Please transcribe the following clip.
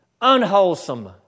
unwholesome